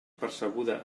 percebuda